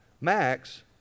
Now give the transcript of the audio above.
Max